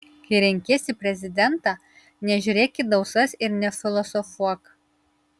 kai renkiesi prezidentą nežiūrėk į dausas ir nefilosofuok